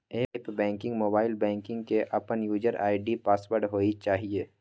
app banking, mobile banking के अपन user ID password होय चाहिए